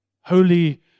holy